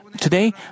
Today